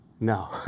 No